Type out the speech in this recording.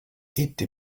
été